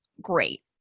great